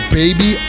baby